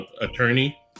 attorney